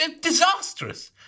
Disastrous